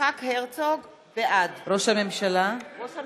בעד ראש הממשלה?